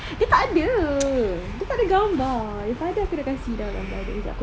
dia tak ada dia tak ada gambar if ada aku dah kasi dah gambar dia jap aku check